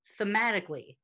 thematically